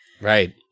right